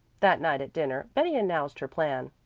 that night at dinner betty announced her plan.